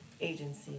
agency